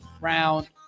round